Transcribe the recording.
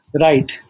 right